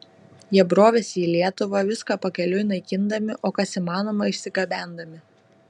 jie brovėsi į lietuvą viską pakeliui naikindami o kas įmanoma išsigabendami